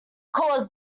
cause